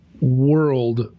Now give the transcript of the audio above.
world